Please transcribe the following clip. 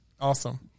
Awesome